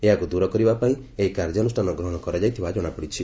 ଏହାକୁ ଦୂର କରିବା ପାଇଁ ଏହି କାର୍ଯ୍ୟାନୁଷ୍ଠାନ ଗ୍ରହଣ କରାଯାଇଥିବା ଜଣାପଡିଛି